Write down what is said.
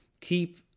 keep